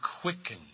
quicken